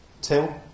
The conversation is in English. till